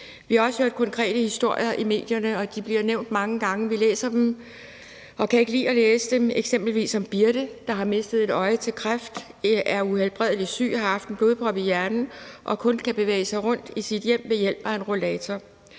Vi har også hørt konkrete historier i medierne, og de bliver nævnt mange gange. Vi læser dem og kan ikke lide at læse dem, eksempelvis den om Birthe, der har mistet et øje til kræft og er uhelbredeligt syg. Hun har haft en blodprop i hjernen og kan kun bevæge sig rundt i sit hjem ved hjælp af en rollator.